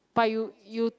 but you you